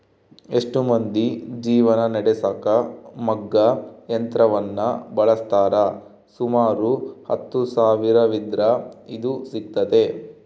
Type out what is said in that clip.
ಎಷ್ಟೊ ಮಂದಿ ಜೀವನ ನಡೆಸಕ ಮಗ್ಗ ಯಂತ್ರವನ್ನ ಬಳಸ್ತಾರ, ಸುಮಾರು ಹತ್ತು ಸಾವಿರವಿದ್ರ ಇದು ಸಿಗ್ತತೆ